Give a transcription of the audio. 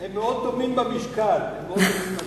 הם מאוד דומים במשקל, מאוד דומים במשקל.